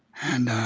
and